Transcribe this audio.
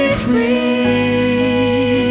free